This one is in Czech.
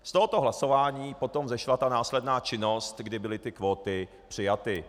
Z tohoto hlasování potom vyšla ta následná činnost, kdy byly ty kvóty přijaty.